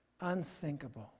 Unthinkable